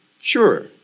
Sure